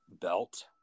belt